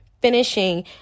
finishing